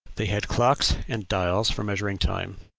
they had clocks and dials for measuring time.